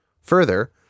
Further